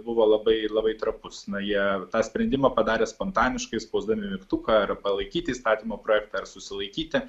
buvo labai labai trapus na jie tą sprendimą padarė spontaniškai spausdami mygtuką ar palaikyti įstatymo projektą ar susilaikyti